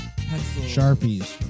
Sharpies